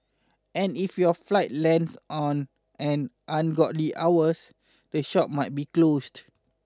and if your flight lands on an ungodly hours the shop might be closed